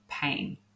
Pain